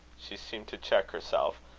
she seemed to cheek herself.